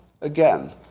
Again